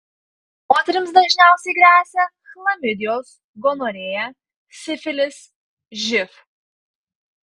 moterims dažniausiai gresia chlamidijos gonorėja sifilis živ